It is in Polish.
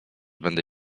będę